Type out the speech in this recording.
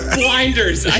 blinders